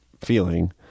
feeling